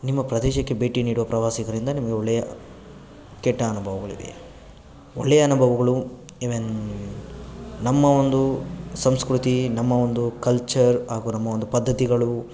ನಿಮ್ಮ ಪ್ರದೇಶಕ್ಕೆ ಭೇಟಿ ನೀಡುವ ಪ್ರವಾಸಿಗರಿಂದ ನಿಮಗೆ ಒಳ್ಳೆಯ ಕೆಟ್ಟ ಅನುಭವಗಳಿವೆ ಒಳ್ಳೆಯ ಅನುಭವಗಳೂ ಇವೆ ನಮ್ಮ ಒಂದು ಸಂಸ್ಕೃತಿ ನಮ್ಮ ಒಂದು ಕಲ್ಚರ್ ಹಾಗೂ ನಮ್ಮ ಒಂದು ಪದ್ಧತಿಗಳು